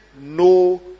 no